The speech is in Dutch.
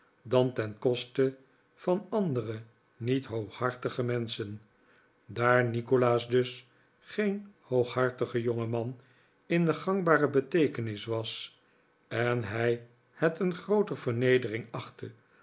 dan ten koste van andere niet hooghartige menschen daar nikolaas dus geen hooghartige jongeman in de gangbare beteekenis was en hij het een grooter vernedering achtte